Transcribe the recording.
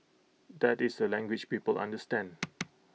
that is the language people understand